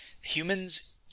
humans